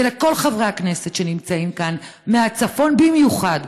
ולכל חברי הכנסת שנמצאים כאן, מהצפון במיוחד: